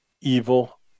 evil